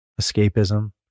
escapism